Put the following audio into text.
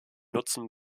nutzen